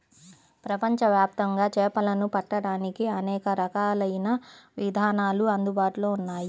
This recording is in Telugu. ప్రపంచవ్యాప్తంగా చేపలను పట్టడానికి అనేక రకాలైన విధానాలు అందుబాటులో ఉన్నాయి